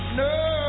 no